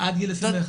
עד גיל 21,